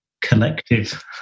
collective